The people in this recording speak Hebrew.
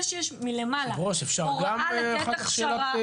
זה שיש מלמעלה הוראה לתת הכשרה --- היושב-ראש,